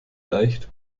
leicht